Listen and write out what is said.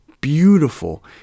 beautiful